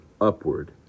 upward